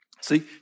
See